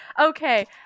Okay